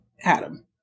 Adam